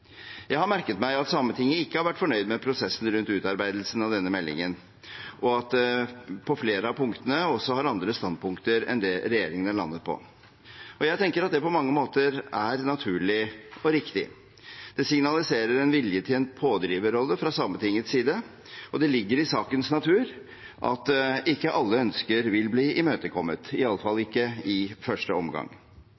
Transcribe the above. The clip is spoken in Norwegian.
Jeg har merket meg at Sametinget ikke har vært fornøyd med prosessen rundt utarbeidelsen av denne meldingen, og at de på flere av punktene har andre standpunkter enn det regjeringen har landet på. Jeg tenker at det på mange måter er naturlig og riktig. Det signaliserer en vilje til en pådriverrolle fra Sametingets side, og det ligger i sakens natur at ikke alle ønsker vil bli imøtekommet